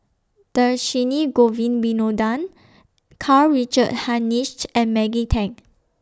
Dhershini Govin Winodan Karl Richard Hanitsch and Maggie Teng